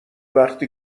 وقتی